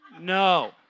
No